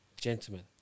gentlemen